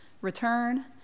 return